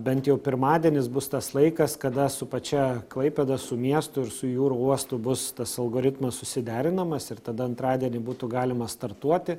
bent jau pirmadienis bus tas laikas kada su pačia klaipėda su miestu ir su jūrų uostu bus tas algoritmas susiderinamas ir tada antradienį būtų galima startuoti